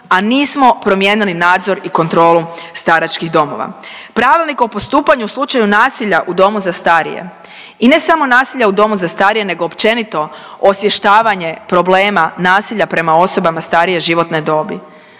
a nismo promijenili nadzor i kontrolu staračkih domova. Pravilnik o postupanju u slučaju nasilja u domu za starije i ne samo nasilja u domu za starije, nego općenito osvještavanje problema nasilja prema osobama starije životne dobi.